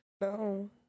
no